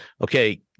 okay